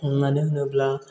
मानो होनोब्ला